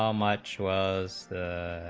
um much was the